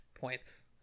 points